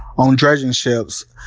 on dredging ships.